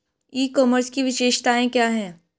ई commerce की विशेषताएं क्या हैं?